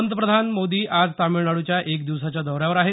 पंतप्रधान मोजी आज तामिळनाडूच्या एक दिवसाच्या दौऱ्यावर आहेत